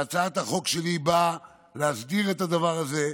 והצעת החוק שלי באה להסדיר את הדבר הזה,